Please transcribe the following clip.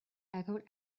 echoed